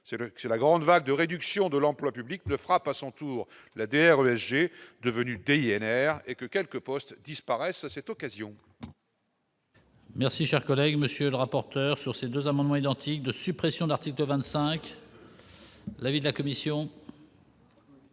que la grande vague de réduction de l'emploi public ne frappe à son tour la DRESG, devenue DINR, et que quelques postes ne disparaissent encore à cette occasion